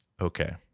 okay